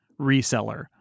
reseller